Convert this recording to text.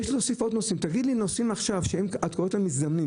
את מדברת על נוסעים מזדמנים.